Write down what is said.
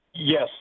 Yes